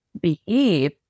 behave